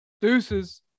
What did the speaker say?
Deuces